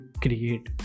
create